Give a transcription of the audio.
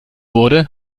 wurde